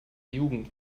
jugend